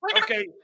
Okay